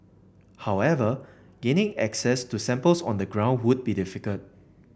however gaining access to samples on the ground would be difficult